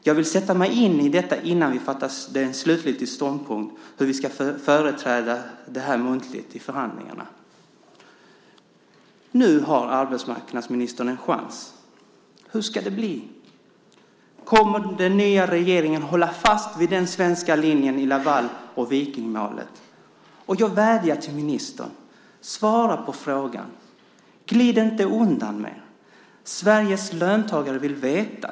Jag vill sätta mig in i detta innan vi fattar beslut om vilken slutgiltig ståndpunkt vi ska ha när vi företräder det här muntligt i förhandlingarna. Så säger Littorin. Nu har arbetsmarknadsministern en chans. Hur ska det bli? Kommer den nya regeringen att hålla fast vid den svenska linjen i Laval och Vikingmålen? Jag vädjar till ministern att svara på frågan. Glid inte undan mer! Sveriges löntagare vill veta.